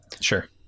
Sure